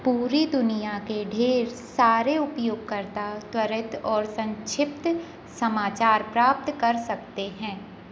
पूरी दुनिया के ढेर सारे उपयोगकर्ता त्वरित और सन्क्षिप्त समाचार प्राप्त कर सकते हैं